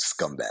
scumbag